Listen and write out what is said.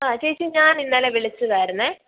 ആ ചേച്ചി ഞാൻ ഇന്നലെ വിളിച്ചതായിരുന്നേ